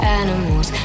animals